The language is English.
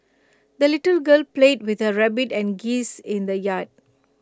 the little girl played with her rabbit and geese in the yard